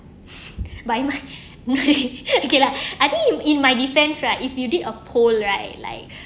but you ma~ okay lah I think in in my defence right if you did a poll right like